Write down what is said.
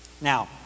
Now